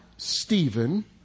Stephen